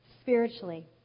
spiritually